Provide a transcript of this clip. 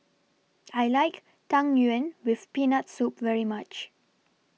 I like Tang Yuen with Peanut Soup very much